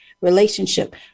relationship